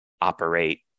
operate